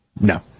No